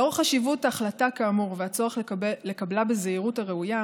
לאור חשיבות ההחלטה כאמור והצורך לקבלה בזהירות הראויה